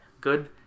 good